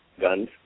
guns